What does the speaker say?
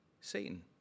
Satan